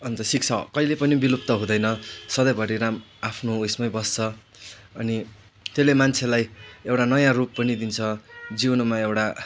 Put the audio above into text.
अन्त शिक्षा कहिँले पनि बिलप्त हुदैन सधैँभरि राम आफ्नो उयसमै बस्छ अनि त्यसले मान्छेलाई एउटा नयाँ रूप पनि दिन्छ जिउनुमा एउटा